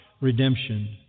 redemption